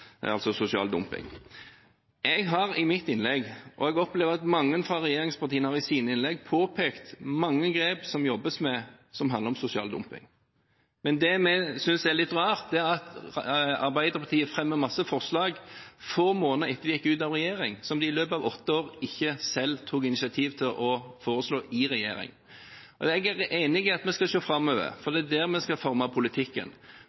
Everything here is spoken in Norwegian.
altså sosial dumping. Jeg har i mitt innlegg – og jeg opplever at mange fra regjeringspartiene har gjort det samme i sine innlegg – påpekt mange grep som det jobbes med, som handler om sosial dumping. Men det vi synes er litt rart, er at Arbeiderpartiet fremmer masse forslag få måneder etter at de gikk ut av regjering, som de i løpet av åtte år ikke selv tok initiativ til å foreslå i regjering. Jeg er enig i at vi skal se framover, for det er der vi skal forme politikken.